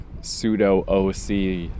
pseudo-OC